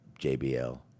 JBL